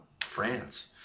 France